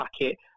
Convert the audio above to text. packet